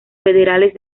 federales